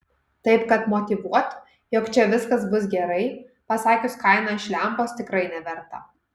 taip kad motyvuot jog čia viskas bus gerai pasakius kainą iš lempos tikrai neverta